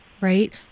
Right